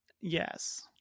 Yes